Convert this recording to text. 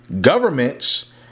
governments